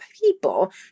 people